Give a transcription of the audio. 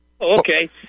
Okay